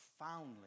profoundly